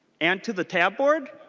and to the tablet board.